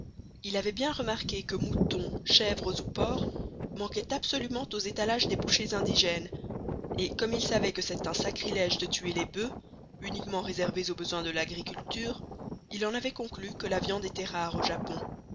il avait bien remarqué que moutons chèvres ou porcs manquaient absolument aux étalages des bouchers indigènes et comme il savait que c'est un sacrilège de tuer les boeufs uniquement réservés aux besoins de l'agriculture il en avait conclu que la viande était rare au japon